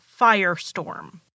firestorm